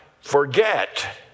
forget